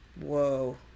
Whoa